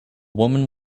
woman